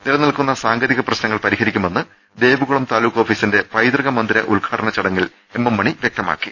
നിലനിൽക്കുന്ന സാങ്കേതിക പ്രശ്നങ്ങൾ പരി ഹരിക്കുമെന്ന് ദേവികുളം താലൂക്ക് ഓഫീസിന്റെ പൈതൃകമന്ദിര ഉദ്ഘാടന ചടങ്ങിൽ എം എം മണി വൃക്തമാക്കി